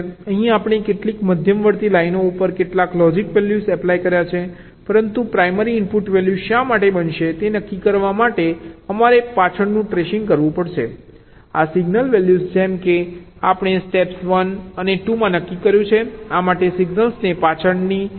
અહીં આપણે કેટલીક મધ્યવર્તી લાઈનઓ ઉપર કેટલાક લોજીક વેલ્યૂઝ એપ્લાય કર્યા છે પરંતુ પ્રાઇમરી ઇનપુટ વેલ્યૂઝ શા માટે બનશે તે નક્કી કરવા માટે અમારે પાછળનું ટ્રેસિંગ કરવું પડશે આ સિગ્નલ વેલ્યૂઝ જેમ કે આપણે સ્ટેપ્સ 1 અને 2 માં નક્કી કર્યું છે આ માટે સિગ્નલને પાછળની તરફ ટ્રેસ કરવાની જરૂર છે